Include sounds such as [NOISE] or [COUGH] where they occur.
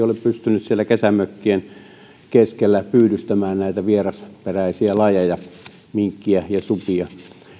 [UNINTELLIGIBLE] ole pystynyt siellä kesämökkien keskellä pyydystämään näitä vierasperäisiä lajeja minkkiä ja supia